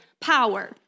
power